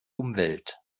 umwelt